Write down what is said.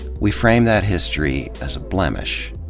we frame that history as a blemish.